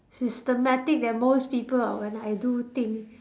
systematic than most people when I do thing